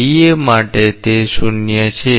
CD માટે તે છે